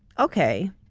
okay,